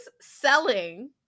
selling